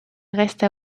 reste